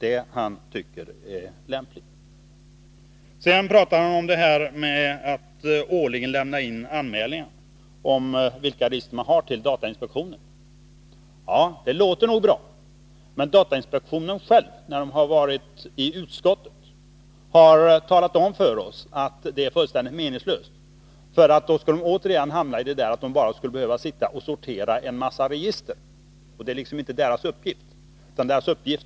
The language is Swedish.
Sedan pratar han om detta med att årligen lämna in anmälningar till datainspektionen om vilka register man har. Det låter nog bra, men datainspektionen har själv talat om för utskottet att det är fullständigt meningslöst. Då skulle man återigen hamna i den situationen att man bara satt och sorterade en massa register. Det är inte datainspektionens uppgift.